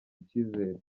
icyizere